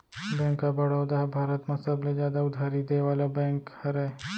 bank of Baroda ह भारत म सबले जादा उधारी देय वाला बेंक हरय